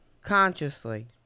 consciously